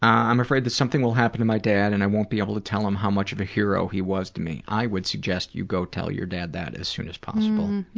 i'm afraid that something will happen to my dad and i won't be able to tell him how much of a hero he was to me i would suggest you go tell your dad that as soon as possible.